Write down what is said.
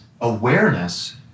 awareness